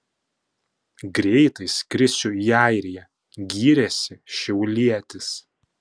greitai skrisiu į airiją gyrėsi šiaulietis